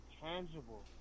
Tangible